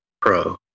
pro